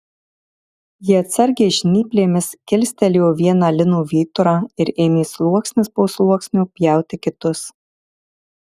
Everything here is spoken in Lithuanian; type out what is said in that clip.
ji atsargiai žnyplėmis kilstelėjo vieną lino vyturą ir ėmė sluoksnis po sluoksnio pjauti kitus